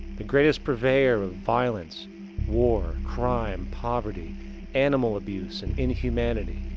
the greatest purveyor of violence war crime poverty animal abuse and inhumanity,